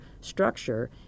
structure